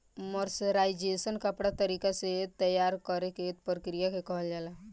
mercerisation कपड़ा तरीका से तैयार करेके प्रक्रिया के कहल जाला